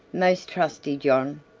most trusty john,